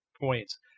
points